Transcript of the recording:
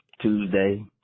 Tuesday